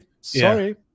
Sorry